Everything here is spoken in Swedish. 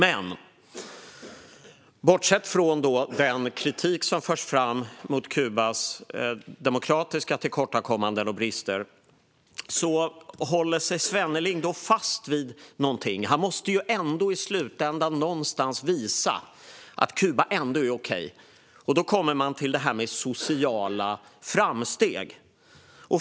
Bortsett från den kritik som förts fram mot Kubas demokratiska tillkortakommanden och brister håller sig Svenneling fast vid någonting; han måste ju i slutändan någonstans visa att Kuba ändå är okej. Då kommer vi till detta med sociala framsteg.